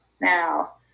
Now